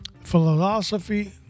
philosophy